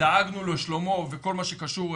דאגנו לשלומו וכל מה שקשור.